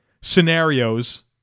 scenarios